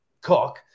cook